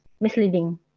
misleading